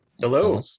Hello